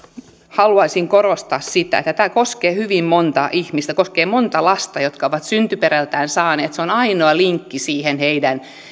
haluaisin korostaa sitä että tämä koskee hyvin montaa ihmistä koskee montaa lasta jotka ovat syntyperältään saaneet toisen kansalaisuuden ja ainoa linkki siihen heidän toiseen